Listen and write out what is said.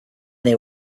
they